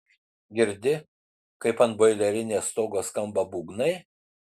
girdi kaip ant boilerinės stogo skamba būgnai